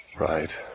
right